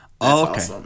Okay